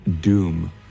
doom